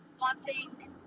wanting